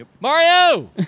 mario